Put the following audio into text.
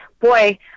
boy